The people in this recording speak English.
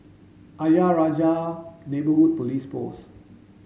Ayer Rajah Neighbourhood Police Post